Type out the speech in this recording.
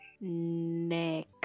neck